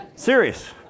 serious